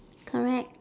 correct